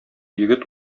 егет